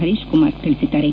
ಹರೀಶ್ ಕುಮಾರ ತಿಳಿಸಿದ್ದಾರೆ